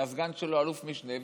והסגן שלו אלוף משנה,